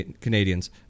Canadians